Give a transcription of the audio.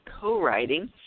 co-writing